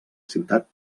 ciutat